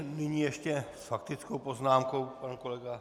Nyní ještě s faktickou poznámkou pan kolega...